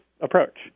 approach